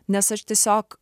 nes aš tiesiog